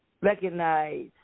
recognize